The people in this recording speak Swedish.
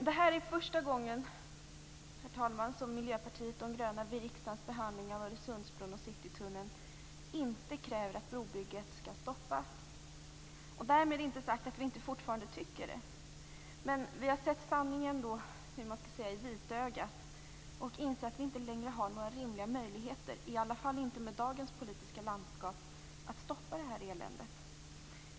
Det här är första gången som Miljöpartiet de gröna i riksdagens behandling av Öresundsbron och Citytunneln inte kräver att brobygget skall stoppas. Därmed inte sagt att vi inte fortfarande tycker så. Vi har sett sanningen i "vitögat" och insett att vi inte längre har några rimliga möjligheter, i alla fall inte med dagens politiska landskap, att stoppa eländet.